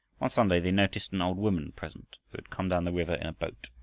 one sunday they noticed an old woman present, who had come down the river in a boat.